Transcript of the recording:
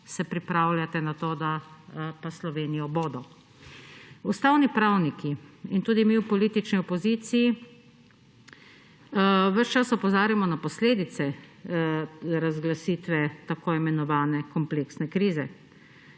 se pripravljate na to, da pa Slovenijo bodo. Ustavni pravniki in tudi mi v politični opoziciji ves čas opozarjamo na posledice razglasitve tako imenovane kompleksne krize,